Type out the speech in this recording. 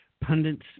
pundits